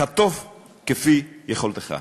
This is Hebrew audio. חטוף כפי יכולתך.